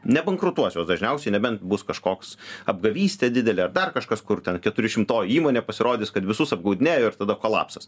nebankrutuos jos dažniausiai nebent bus kažkoks apgavystė didelė ar dar kažkas kur ten keturišimtoji įmonė pasirodys kad visus apgaudinėjo ir tada kolapsas